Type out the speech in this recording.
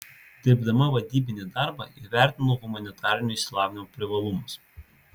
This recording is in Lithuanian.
dirbdama vadybinį darbą įvertinau humanitarinio išsilavinimo privalumus